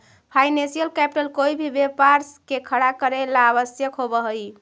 financial capital कोई भी व्यापार के खड़ा करेला ला आवश्यक होवऽ हई